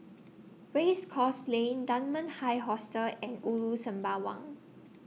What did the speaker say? Race Course Lane Dunman High Hostel and Ulu Sembawang